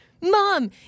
Mom